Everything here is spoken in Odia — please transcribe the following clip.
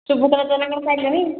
ସୁଭଦ୍ରା ଯୋଜନା କ'ଣ ପାଇଲେଣି